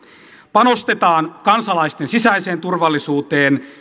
panostetaan kansalaisten sisäiseen turvallisuuteen